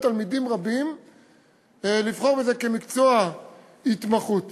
תלמידים רבים לבחור בזה כמקצוע התמחות.